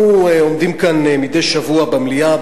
אנחנו עומדים כאן מדי שבוע במליאה,